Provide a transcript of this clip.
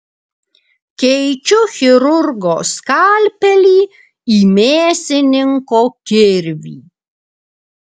keičiu chirurgo skalpelį į mėsininko kirvį